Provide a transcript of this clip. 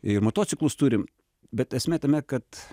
ir motociklus turim bet esmė tame kad